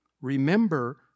Remember